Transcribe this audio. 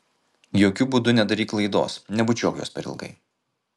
jokiu būdu nedaryk klaidos nebučiuok jos per ilgai